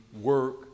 work